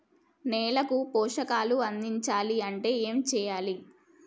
నేలకు పోషకాలు అందించాలి అంటే ఏం చెయ్యాలి?